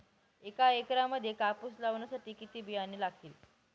एका एकरामध्ये कापूस लावण्यासाठी किती बियाणे लागेल?